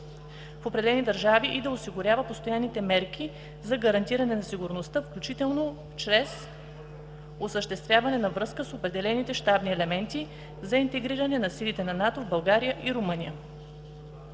в определени държави и да осигурява постоянните мерки за гарантиране на сигурността, включително чрез осъществяване на връзка с определените щабни елементи за интегриране на силите на НАТО в България и Румъния.